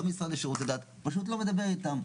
לא המשרד לשירותי דת פשוט לא מדבר איתם.